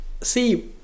See